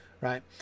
right